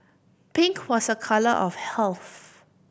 pink was a colour of health